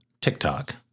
TikTok